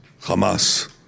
Hamas